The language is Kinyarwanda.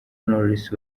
knowless